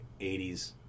80s